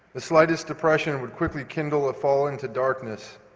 the slightest depression would quickly kindle a falling into darkness.